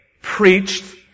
Preached